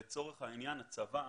לצורך העניין הצבא